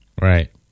Right